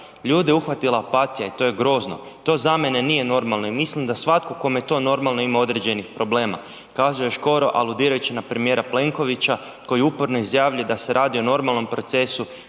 Ljude je uhvatila apatija i to je grozno. To za mene nije normalno i mislim da svatko kome je to normalno ima određenih problema. Kazao je Škoro, aludirajući na premijera Plenkovića koji uporno izjavljuje da se radi o normalnom procesu